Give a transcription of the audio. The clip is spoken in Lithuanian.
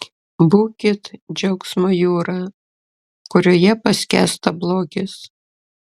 būkit džiaugsmo jūra kurioje paskęsta blogis